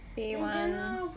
pay [one]